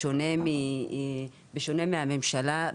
בשונה מהממשלה,